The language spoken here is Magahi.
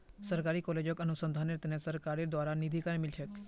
सरकारी कॉलेजक अनुसंधानेर त न सरकारेर द्बारे निधीकरण मिल छेक